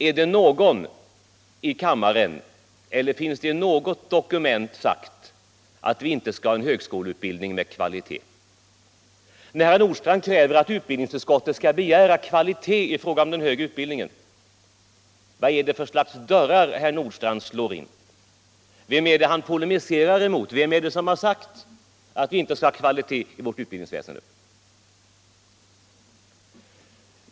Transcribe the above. Är det någon i kammaren som har påstått, eller finns det i något dokument utsagt, att vi inte skall ha en högskoleutbildning med kvalitet? När herr Nordstrandh kräver att utbildningsutskottet skall begära kvalitet i den högre utbildningen, vad är det då för slags dörrar herr Nordstrandh slår in? Vem är det han polemiserar mot? Vem är det som har sagt att vi inte skall ha kvalitet i utbildningsväsendet?